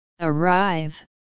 arrive